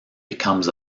becomes